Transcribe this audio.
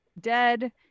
dead